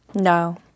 No